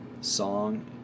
song